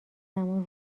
زمان